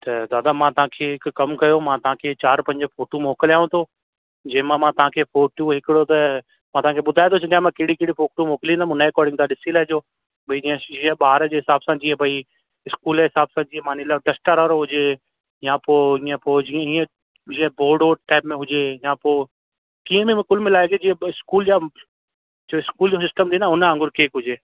त दादा मां तव्हांखे हिकु कमु कयो मां तव्हांखे चार पंज फ़ोटू मोकिलियांव थो जंहिं मां तव्हांखे फ़ोटू हिकिड़ो त मां तव्हांखे ॿुधाए थो छॾियां मां कहिड़ी कहिड़ी फ़ोटू मोकिलींदुमि उन जे अकॉर्डिंग तव्हां ॾिसी लाहिजो भाई जीअं इस्कूल जे ॿार जे हिसाब सां जीअं भाई इस्कूल जे हिसाब सां जीअं मां ने लाइ डस्टर वारो हुजे या पोइ ईअं पोइ जीअं जीअं बोर्ड वोर्ड टाइप में हुजे या पोइ कीअं बि कुलु मिलाइ करे ईअं बि इस्कूल जा इस्कूल जो सिस्टम थींदो न हुन वांग़ुर केक हुजे